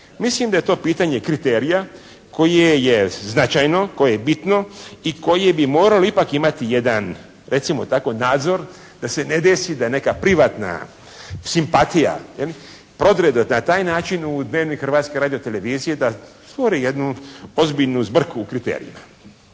Mislim da je to pitanje kriterija koje je značajno, koje je bitno i koje bi moralo ipak imati jedan recimo tako nadzor da se ne desi da neka privatna simpatija prodre na taj način u "Dnevnik" Hrvatske radiotelevizije da stvori jednu ozbiljnu zbrku u kriterijima.